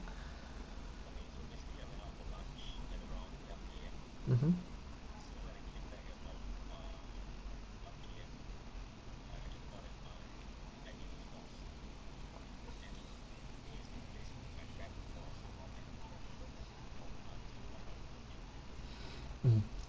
mmhmm mm